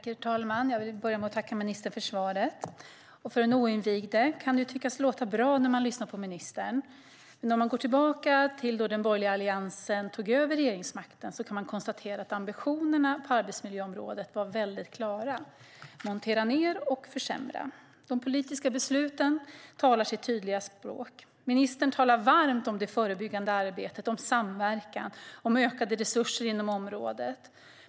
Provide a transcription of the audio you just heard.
Herr talman! Jag vill börja med att tacka ministern för svaret. För den oinvigde kan det låta bra när man lyssnar på ministern. Men om man går tillbaka till den tid då den borgerliga alliansen tog över regeringsmakten kan man konstatera att ambitionerna på arbetsmiljöområdet var väldigt klara: Montera ned och försämra! De politiska besluten talar sitt tydliga språk. Ministern talar varmt om det förebyggande arbetet, om samverkan och om ökade resurser inom området.